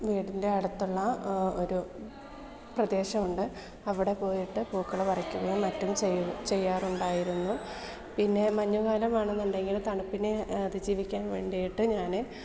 വീടിൻ്റെ അടുത്തുള്ള ഒരു പ്രദേശം ഉണ്ട് അവിടെ പോയിട്ട് പൂക്കൾ പറിക്കുകയും മറ്റും ചെയ്യും ചെയ്യാറുണ്ടായിരുന്നു പിന്നെ മഞ്ഞുകാലമാണ് എന്നുണ്ടെങ്കിൽ തണുപ്പിനെ അതിജീവിക്കാൻ വേണ്ടിയിട്ട് ഞാൻ